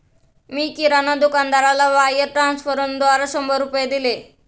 मी किराणा दुकानदाराला वायर ट्रान्स्फरद्वारा शंभर रुपये दिले